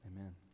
Amen